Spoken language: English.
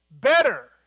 better